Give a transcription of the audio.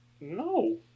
No